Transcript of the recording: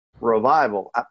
revival